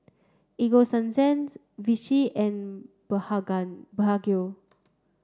Ego Sunsense Vichy and Blephagel